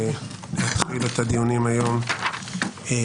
מאוד להתחיל את הדיונים היום כסדרם,